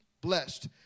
blessed